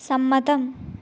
സമ്മതം